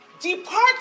Depart